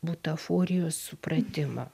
butaforijos supratimo